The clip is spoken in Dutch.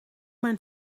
mijn